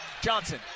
Johnson